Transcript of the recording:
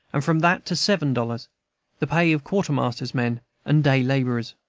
and from that to seven dollars the pay of quartermaster's men and day-laborers.